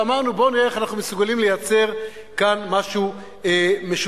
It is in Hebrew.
ואמרנו: בואו נראה איך אנחנו מסוגלים לייצר כאן משהו משותף.